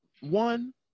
one